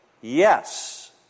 yes